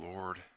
Lord